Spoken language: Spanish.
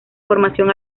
formación